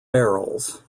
barrels